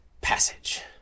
passage